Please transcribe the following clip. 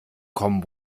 common